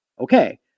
Okay